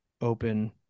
open